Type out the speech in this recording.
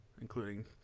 including